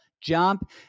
jump